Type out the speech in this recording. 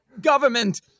government